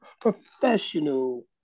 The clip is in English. professional